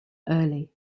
early